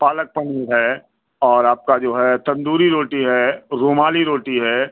पालक पनीर है और आपका जो है तंदूरी रोटी है रुमाली रोटी है